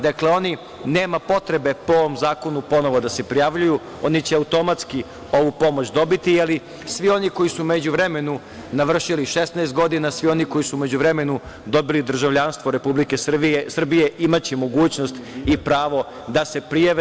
Dakle, oni nema potrebe po ovom novom zakonu da se prijavljuju, oni će automatski ovu pomoć dobiti, ali svi oni koji su u međuvremenu navršili 16 godina, svi oni koji su u međuvremenu dobili državljanstvu Republike Srbije imaće mogućnost i pravo da se prijave.